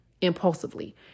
impulsively